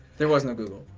there was no google.